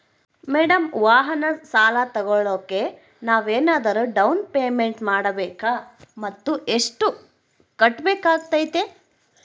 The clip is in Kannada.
ಮೇಡಂ ವಾಹನ ಸಾಲ ತೋಗೊಳೋಕೆ ನಾವೇನಾದರೂ ಡೌನ್ ಪೇಮೆಂಟ್ ಮಾಡಬೇಕಾ ಮತ್ತು ಎಷ್ಟು ಕಟ್ಬೇಕಾಗ್ತೈತೆ?